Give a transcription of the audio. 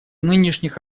нынешних